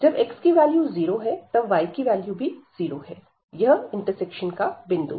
जब x की value 0 है तब y की वैल्यू भी 0 है यह इंटरसेक्शन का बिंदु है